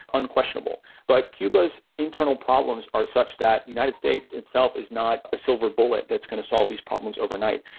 unquestionable. but cuba's internal problems are such that the united states itself is not a silver bullet that is going to solve these problems overnight.